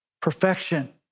perfection